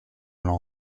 l’en